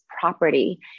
property